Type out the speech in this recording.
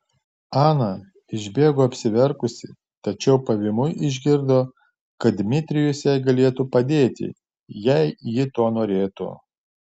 ana išbėgo apsiverkusi tačiau pavymui išgirdo kad dmitrijus jai galėtų padėti jei ji to norėtų